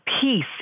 peace